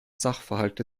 sachverhalte